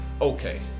Okay